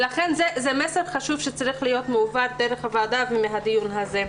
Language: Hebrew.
לכן זה מסר חשוב שצריך להיות מועבר דרך הוועדה מהדיון הזה.